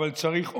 אבל צריך עוד.